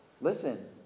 listen